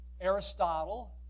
Aristotle